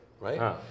Right